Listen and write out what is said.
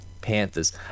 Panthers